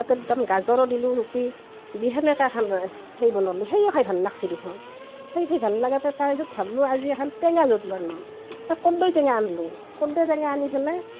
তাতে দুটামান গাজৰো দিলোঁ ৰুকি দি সেনেকৈ খালোঁ সেই বনালোঁ সেয়ো খাই ভাল লাগিছে দেখোন সেই খাই ভাল লাগোঁতে তাৰ পাছত ভাবিলো আজি এখন টেঙা জোলৰ কৰ্দৈ টেঙা আনিলোঁ কৰ্দৈ টেঙা আনি পেলাই